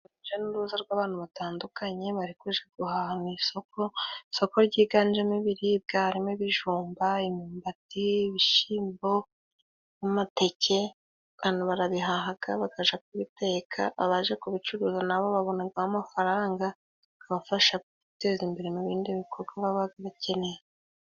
Uruja n'uruza rw'abantu batandukanye bari kuja guhaha mu isoko. Isoko ryiganjemo ibiribwa harimo:ibijumba, imyumbati, ibishimbo n'amateke abantu barabihahaga bakaja kubiteka. Abaje kubicuruza na bo babonagamo amafaranga abafasha kwiteza imbere, mu bindi bikorwa baba bakeneye.